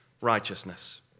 righteousness